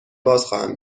بازخواهم